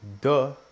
Duh